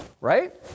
right